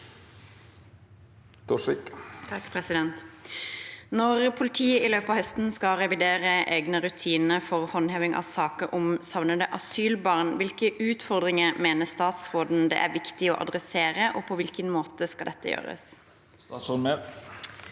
«Når po- litiet i løpet av høsten skal revidere egne rutiner for håndtering av saker om savnede asylbarn, hvilke utfordringer mener statsråden det er viktig å adressere, og på hvilken måte skal dette gjøres?» Statsråd